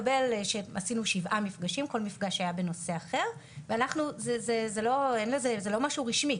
עשינו שבעה מפגשים וכל מפגש היה בנושא אחר והלכנו זה לא משהו רשמי,